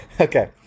okay